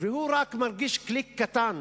והוא רק מרגיש קליק קטן